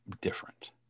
different